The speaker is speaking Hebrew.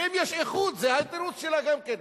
ואם יש איחוד, זה התירוץ שלה גם כן.